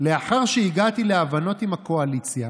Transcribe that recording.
"לאחר שהגעתי להבנות עם הקואליציה